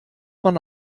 man